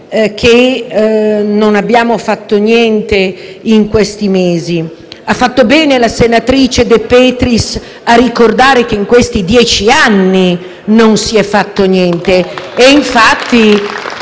che non abbiamo fatto niente in questi mesi. Ha fatto bene la senatrice De Petris a ricordare che negli ultimi dieci anni non si è fatto niente